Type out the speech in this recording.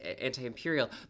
anti-imperial